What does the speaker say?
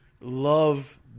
love